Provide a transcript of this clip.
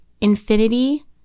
Infinity